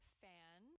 fan